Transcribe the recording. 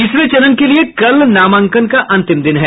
तीसरे चरण के लिये कल नामांकन का अंतिम दिन है